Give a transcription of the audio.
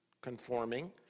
conforming